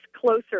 closer